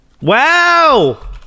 Wow